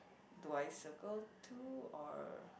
do I circle two or